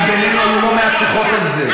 כי בינינו היו לא מעט שיחות על זה.